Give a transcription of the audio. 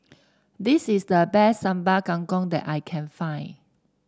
this is the best Sambal Kangkong that I can find